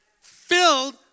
filled